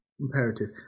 imperative